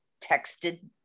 texted